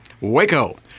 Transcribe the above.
Waco